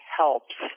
helps